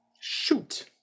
Shoot